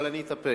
אבל אני אתאפק.